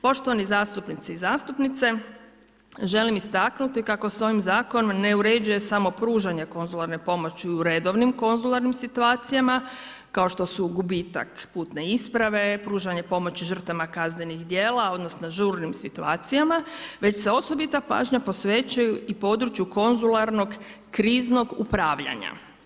Poštovani zastupnici i zastupnice, želim istaknuti kako se s ovim zakonom ne uređuje samo pružanje konzularne pomoći u redovnim konzularnim situacijama, kao što su gubitak putne isprave, pružanje pomoći žrtvama kaznenih djela odnosno žurnim situacijama, već se osobita pažnja posvećuje i području konzularnog kriznog upravljanja.